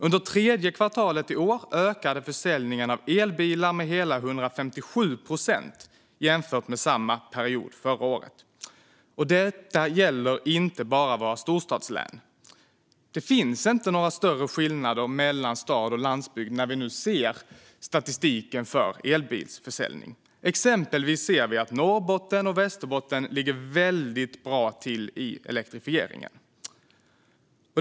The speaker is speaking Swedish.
Under tredje kvartalet i år ökade försäljningen av elbilar med hela 157 procent jämfört med samma period förra året. Detta gäller inte heller bara våra storstadslän; det syns inga större skillnader mellan stad och landsbygd i statistiken över elbilsförsäljningen. Exempelvis ser vi att Norrbotten och Västerbotten ligger väldigt bra till i elektrifieringen.